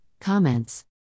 comments